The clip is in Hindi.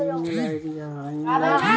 एन.बी.एफ.सी में कैसे पंजीकृत करें?